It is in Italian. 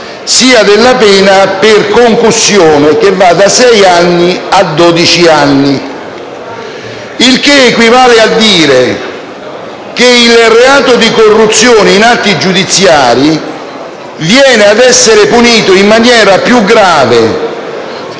sia alla pena per concussione, che va da sei a dodici anni, il che equivale a dire che il reato di corruzione in atti giudiziari viene ad essere punito in maniera più grave